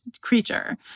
creature